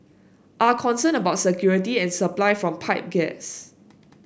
are concerned about security and supply from pipe gas